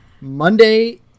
Monday